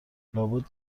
لابد